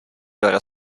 loro